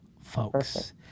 folks